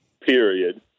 Period